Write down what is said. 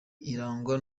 irangwa